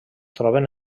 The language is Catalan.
troben